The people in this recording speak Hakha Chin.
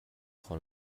kho